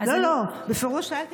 לא, לא, בפירוש שאלתי.